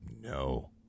No